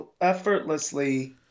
effortlessly